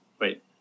Wait